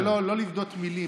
אבל פה זה לא לבדות מילים,